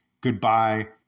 goodbye